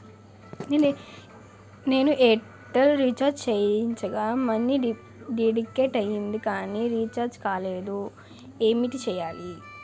నేను Airtel recharge చేయించగా money deduct అయ్యింది కానీ రీఛార్జ్ కాలేదు ఏంటి చేయాలి?